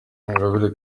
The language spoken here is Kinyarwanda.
ingabire